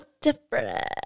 different